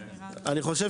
אני חושב